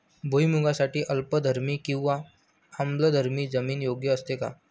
भुईमूगासाठी अल्कधर्मी किंवा आम्लधर्मी जमीन योग्य असते का?